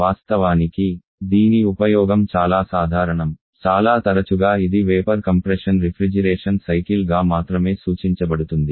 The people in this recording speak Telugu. వాస్తవానికి దీని ఉపయోగం చాలా సాధారణం చాలా తరచుగా ఇది వేపర్ కంప్రెషన్ రిఫ్రిజిరేషన్ సైకిల్గా మాత్రమే సూచించబడుతుంది